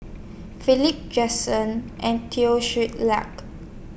Philip Jackson and Teo Ser Luck